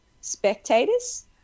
spectators